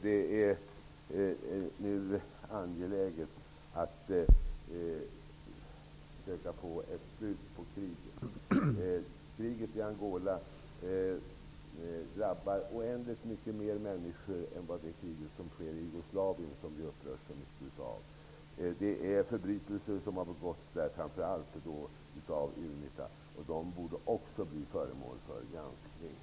Det är nu angeläget att försöka få ett slut på kriget i Angola. Det drabbar oändligt mycket fler människor än det krig som pågår i f.d. Jugoslavien som vi upprörs så mycket av. Det har begåtts förbrytelser, framför allt av Unita. De borde också bli föremål för granskning.